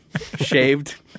shaved